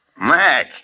Mac